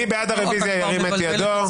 מי בעד הרוויזיה, ירים את ידו?